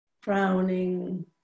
frowning